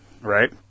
right